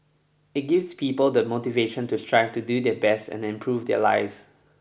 it gives people the motivation to strive to do their best and improve their lives